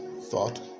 thought